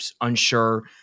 unsure